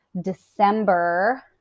December